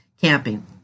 camping